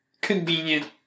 convenient